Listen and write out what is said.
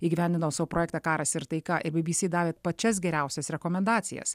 įgyvendino savo projektą karas ir taika ir bbc davė pačias geriausias rekomendacijas